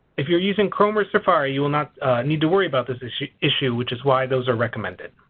if you're using chrome or safari you will not need to worry about this issue issue which is why those are recommended.